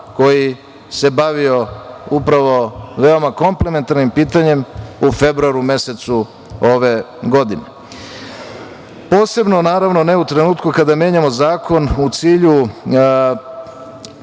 koji se bavio upravo veoma komplementarnim pitanjem u februaru mesecu ove godine. Posebno, naravno, ne u trenutku kada menjamo zakon, u cilju